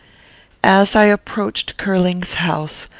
as i approached curling's house,